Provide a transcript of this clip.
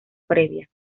previa